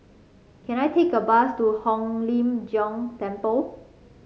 can I take a bus to Hong Lim Jiong Temple